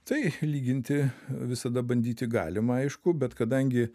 tai lyginti visada bandyti galima aišku bet kadangi